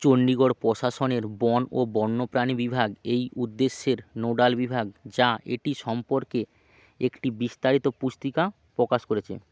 চণ্ডীগড় প্রশাসনের বন ও বন্যপ্রাণী বিভাগ এই উদ্দেশ্যের নোডাল বিভাগ যা এটি সম্পর্কে একটি বিস্তারিত পুস্তিকা প্রকাশ করেছে